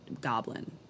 goblin